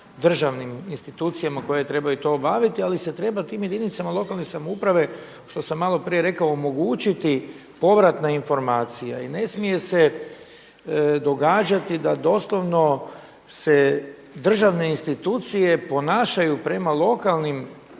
državnim institucijama koje trebaju to obaviti ali se treba tim jedinicama lokalne samouprave što sam maloprije rekao omogućiti povratna informacija i ne smije se događati da doslovno se državne institucije ponašaju prema lokalnim